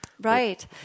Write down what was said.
right